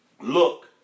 Look